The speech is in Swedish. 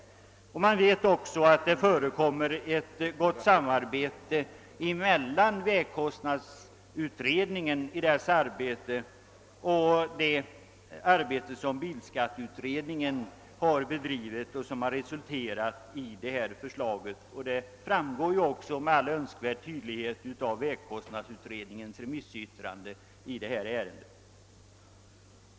Som bekant har det också förekommit ett gott samarbete mellan vägkostnadsutredningen och bilskatteutredningen, som bl.a. resulterat i det föreliggande förslaget — detta framgår med all önskvärd tydlighet av vägkostnadsutredningens remissyttrande i ärendet.